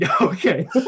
okay